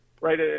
right